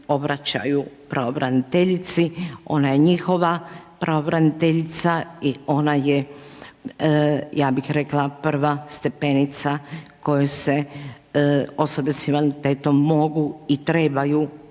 obraćaju pravobraniteljici, ona je njihova pravobraniteljica i ona je, ja bih rekla, prva stepenica koju se osobe s invaliditetom mogu i trebaju